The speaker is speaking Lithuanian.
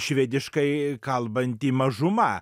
švediškai kalbanti mažuma